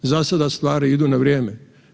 Za sada stvari idu na vrijeme.